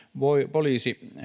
poliisi